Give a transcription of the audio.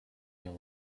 your